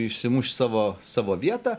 išsimušt savo savo vietą